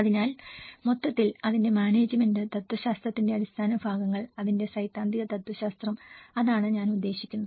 അതിനാൽ മൊത്തത്തിൽ അതിന്റെ മാനേജ്മെന്റ് തത്വശാസ്ത്രത്തിന്റെ അടിസ്ഥാന ഭാഗങ്ങൾ അതിന്റെ സൈദ്ധാന്തിക തത്ത്വശാസ്ത്രം അതാണ് ഞാൻ ഉദ്ദേശിക്കുന്നത്